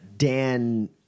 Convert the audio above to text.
Dan